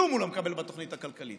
כלום הוא לא מקבל בתוכנית הכלכלית,